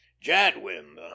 jadwin